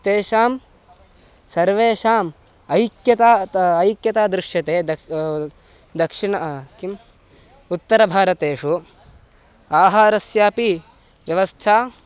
तेषां सर्वेषाम् ऐक्यता ता ऐक्यता दृश्यते दक् दक्षिण किम् उत्तरभारतेषु आहारस्यापि व्यवस्था